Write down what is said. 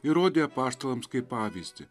ir rodė apaštalams kaip pavyzdį